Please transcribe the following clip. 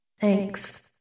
Thanks